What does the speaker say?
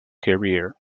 career